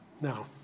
No